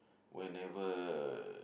whenever